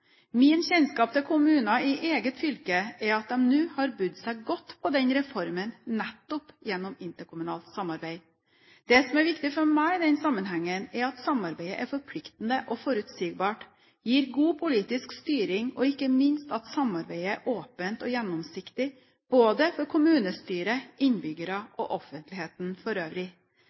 Min kjennskap til kommuner i eget fylke er at de nå har budd seg godt på den reformen nettopp gjennom interkommunalt samarbeid. Det som er viktig for meg i denne sammenhengen, er at samarbeidet er forpliktende og forutsigbart, gir god politisk styring og, ikke minst, at samarbeidet er åpent og gjennomsiktig, for kommunestyret, innbyggere og offentligheten for øvrig.